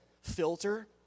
filter